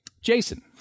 Jason